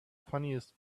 funniest